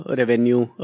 revenue